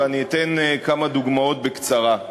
ואני אתן כמה דוגמאות בקצרה.